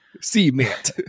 Cement